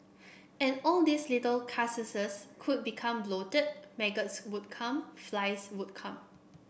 and all these little carcasses could become bloated maggots would come flies would come